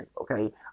okay